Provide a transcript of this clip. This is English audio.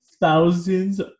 thousands